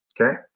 okay